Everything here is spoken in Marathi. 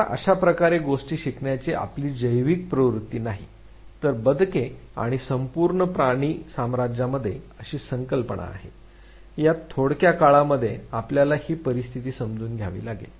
आता अशा प्रकारे गोष्टी शिकण्याची आपली जैविक प्रवृत्ती नाही तर बदके आणि संपूर्ण प्राणी साम्राज्यामध्ये अशी संकल्पना आहे या थोडक्या काळामध्ये आपल्याला हि परिस्थिती समजावून घ्यावी लागेल